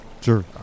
sure